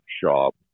shop